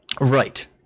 Right